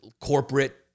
corporate